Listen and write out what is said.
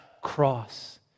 cross